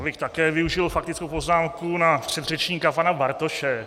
Já bych také využil faktickou poznámku na předřečníka pana Bartoše.